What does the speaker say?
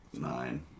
nine